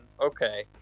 Okay